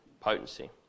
potency